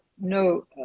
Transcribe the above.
no